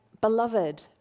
beloved